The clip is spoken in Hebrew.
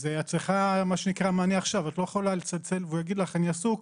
ואת צריכה מענה עכשיו ואת לא יכולה לצלצל והוא יגיד לך "אני עסוק,